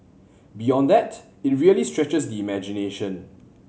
beyond that it really stretches the imagination